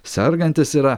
sergantis yra